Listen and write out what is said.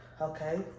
okay